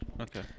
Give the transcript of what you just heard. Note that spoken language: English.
Okay